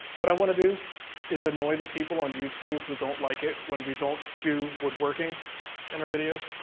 what i want to do is annoy the people on youtube who don't like it when we don't do woodworking in our videos